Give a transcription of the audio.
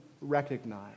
recognize